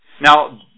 Now